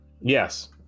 Yes